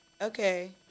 Okay